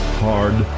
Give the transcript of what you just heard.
hard